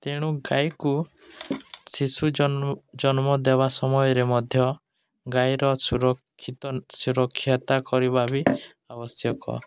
ତେଣୁ ଗାଈକୁ ଶିଶୁ ଜମ ଜନ୍ମ ଦେବା ସମୟରେ ମଧ୍ୟ ଗାଈର ସୁରକ୍ଷିତ ସୁରକ୍ଷତା କରିବା ବି ଆବଶ୍ୟକ